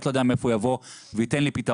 לא יודע מאיפה הוא יבוא וייתן לי פתרון,